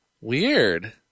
Weird